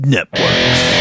Networks